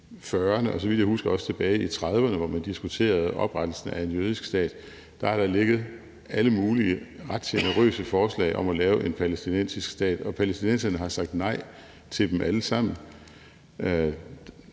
i 1940'erne, så vidt jeg husker også tilbage i 1930'erne, hvor man diskuterede oprettelsen af en jødisk stat, har der ligget alle mulige ret generøse forslag om at lave en palæstinensisk stat, og palæstinenserne har sagt nej til dem alle sammen.